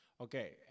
Okay